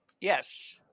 Yes